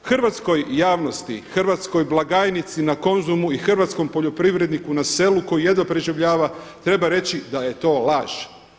Hrvatskoj javnosti, hrvatskoj blagajnici na Konzumu i hrvatskom poljoprivredniku na selu koji jedva preživljava treba reći da je to laž.